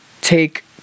take